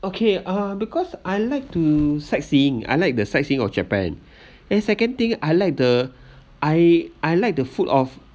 okay uh because I like to sightseeing I like the sightseeing of japan then second thing I like the I I like the food of